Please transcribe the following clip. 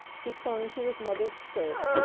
he clung to his mother's skirt,